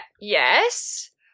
Yes